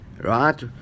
right